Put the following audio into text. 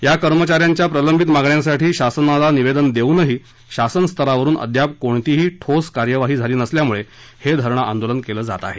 या कर्मचा यांच्या प्रलंबित मागण्यांसाठी शासनाला निवेदन देऊनही शासनस्तरावरून अद्याप कोणतीही ठोस कार्यवाही झाली नसल्यामुळे हे धरणं आंदोलन केलं जात आहे